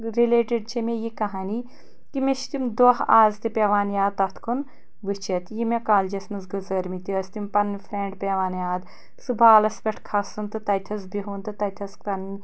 related چھِ مے یہِ کَہانی کہِ مے چھِ تِم دۄہ آز تہِ پٮ۪وان یاد تَتھ کُن وٕچھِتھ یہِ مے کالجس منٛز گُزٲرۍمٕتۍ ٲسۍ تِم پَننہِ فرٛینٛڈ پٮ۪وان یاد سُہ بالَس پٮ۪ٹھ کَھژُن تہٕ تَتِٮ۪س بِہُن تہٕ تَتٮ۪س پَنٕنۍ